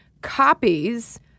copies